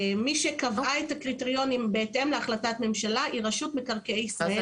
מי שקבעה את הקריטריונים בהתאם להחלטת ממשלה היא רשות מקרקעי ישראל.